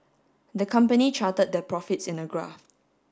the company charted their profits in a graph